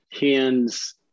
hands